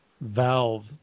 Valve